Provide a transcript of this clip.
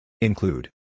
Include